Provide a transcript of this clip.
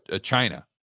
China